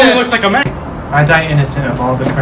looks like a man i die innocent of all the